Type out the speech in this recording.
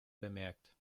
bemerkt